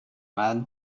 man